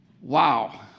Wow